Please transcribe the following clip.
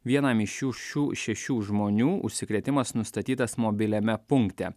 vienam iš šių šių šešių žmonių užsikrėtimas nustatytas mobiliame punkte